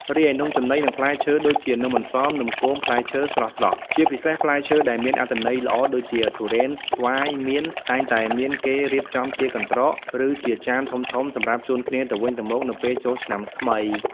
រីឯនំចំណី និងផ្លែឈើដូចជា នំអន្សម នំគម ផ្លែឈើស្រស់ៗ ជាពិសេសផ្លែឈើដែលមានអត្ថន័យល្អដូចជា ទុរេន ស្វាយ មៀន តែងតែមានគេរៀបចំជាកន្ត្រក ឬជាចានធំៗសម្រាប់ជូនគ្នាទៅវិញទៅមកនៅពេលចូលឆ្នាំថ្មី។